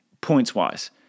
points-wise